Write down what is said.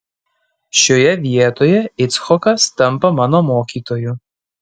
šioje vietoje icchokas tampa mano mokytoju